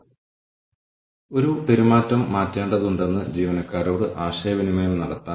പ്രകടന അവലോകനങ്ങൾ അഭിമുഖങ്ങൾ മൂല്യനിർണ്ണയങ്ങൾ തുടങ്ങിയവയിലൂടെ തൊഴിൽ സംതൃപ്തി വിലയിരുത്താവുന്നതാണ്